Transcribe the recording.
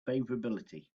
favorability